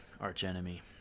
archenemy